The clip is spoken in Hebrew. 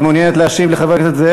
את מעוניינת להשיב לחבר הכנסת זאב,